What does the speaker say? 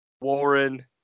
warren